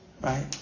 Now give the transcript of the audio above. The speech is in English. Right